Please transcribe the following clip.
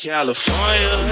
California